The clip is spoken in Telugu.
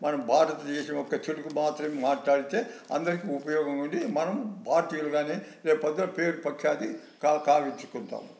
మనం భారతదేశం యొక్క తెలుగు మాత్రమే మాట్లాడితే అందరికీ ఉపయోగం ఉంది మనం భారతీయులము కానీ రేపు పొద్దున పేరు ప్రఖ్యాతి గావించుకుంటాము